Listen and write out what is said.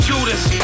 Judas